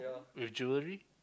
with jewelry